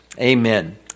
amen